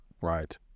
right